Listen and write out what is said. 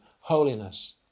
holiness